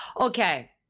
okay